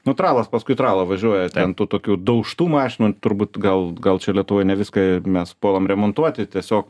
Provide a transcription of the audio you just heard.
nu tralas paskui tralą važiuoja ten tokių daužtų mašinų turbūt gal gal čia lietuvoje ne viską mes puolam remontuoti tiesiog